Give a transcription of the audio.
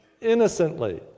innocently